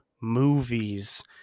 movies